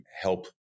help